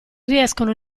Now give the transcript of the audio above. riescono